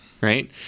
right